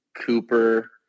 Cooper